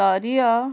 ସ୍ତରୀୟ